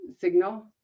signal